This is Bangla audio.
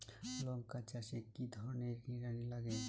লঙ্কা চাষে কি ধরনের নিড়ানি লাগে?